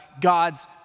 God's